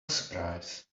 surprise